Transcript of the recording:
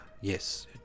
Yes